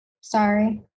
sorry